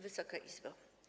Wysoka Izbo!